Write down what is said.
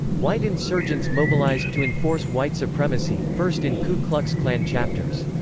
white insurgents mobilized to enforce white supremacy, first in ku klux klan chapters.